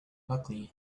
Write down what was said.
luckily